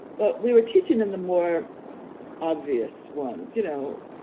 but we were teaching them the more obvious ones, you know,